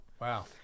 Wow